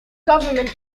government